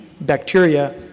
bacteria